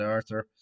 Arthur